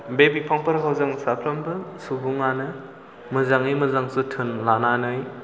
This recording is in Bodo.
बे बिफांफोरखौ जों साफ्रोमबो सुबुङानो मोजाङै मोजां जोथोन लानानै